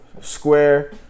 square